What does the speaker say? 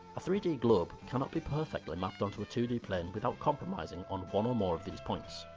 a three d globe cannot be perfectly mapped onto a two d plane without compromising on one or more of these points.